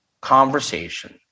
conversation